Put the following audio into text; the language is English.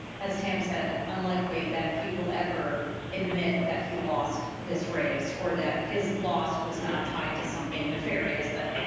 as tam said, unlikely that he will ever admit that he lost this race or that his loss was not tied to something nefarious that,